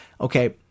Okay